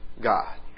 God